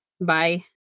Bye